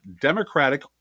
Democratic